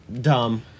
dumb